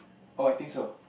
oh I think so